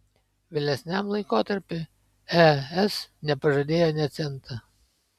vėlesniam laikotarpiui es nepažadėjo nė cento